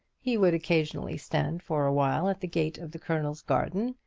he would occasionally stand for a while at the gate of the colonel's garden,